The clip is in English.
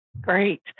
Great